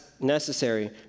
necessary